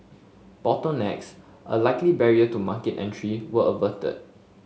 bottlenecks a likely barrier to market entry were averted